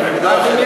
הצעה אחרת.